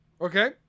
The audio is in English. Okay